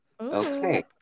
Okay